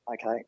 Okay